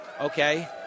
okay